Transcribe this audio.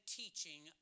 teaching